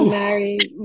married